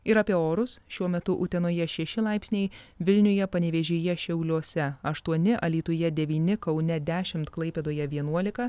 ir apie orus šiuo metu utenoje šeši laipsniai vilniuje panevėžyje šiauliuose aštuoni alytuje devyni kaune dešimt klaipėdoje vienuolika